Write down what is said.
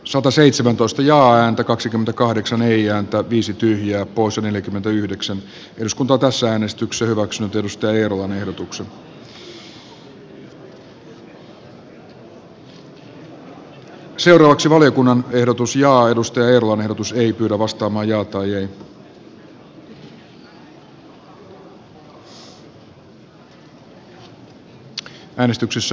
sataseitsemäntoista jaa ääntä kaksikymmentäkahdeksan ei antaa viisi tyhjää poissa neljäkymmentäyhdeksän eduskunta kansanäänestyksen hyväksytystä ei lopuksi voittaneesta valiokunnan ehdotus ja ajatustyö on usein ehdotusta vastaan